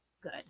good